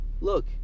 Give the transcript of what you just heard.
Look